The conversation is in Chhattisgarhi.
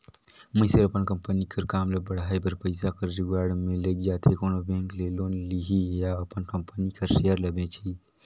मइनसे हर अपन कंपनी कर काम ल बढ़ाए बर पइसा कर जुगाड़ में लइग जाथे कोनो बेंक ले लोन लिही या अपन कंपनी कर सेयर ल बेंचही